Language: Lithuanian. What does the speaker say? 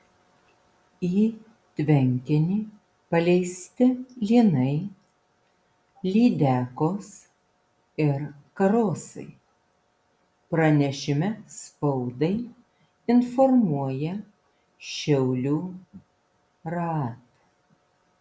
į tvenkinį paleisti lynai lydekos ir karosai pranešime spaudai informuoja šiaulių raad